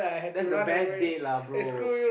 that's the best date lah bro